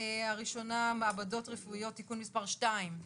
הראשונה מעבדות רפואיות (תיקון מספר 2),